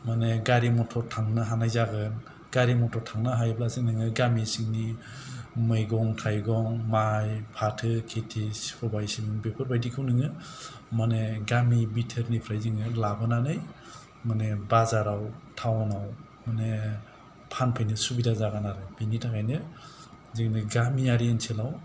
माने गारि मथर थांनो हानाय जागोन गारि मथर थांनो हायोब्लासो नोङो गामि सिंनि मैगं थाइगं माइ फाथो खेति सबाय सिबिं बेफोरबायदिखौ नोङो माने गामि भितोरनिफ्राय जोङो लाबोनानै माने बाजाराव थाउनाव माने फानफैनो सुबिदा जागोन आरो बिनि थाखायनो जोंनि गामियारि ओनसोलाव